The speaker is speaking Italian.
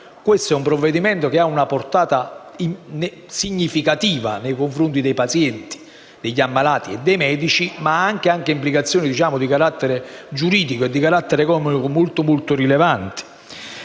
Questo è un provvedimento che ha una portata significativa nei confronti dei pazienti, degli ammalati e dei medici che ha anche implicazioni di carattere giuridico e di carattere economico molto, molto rilevanti.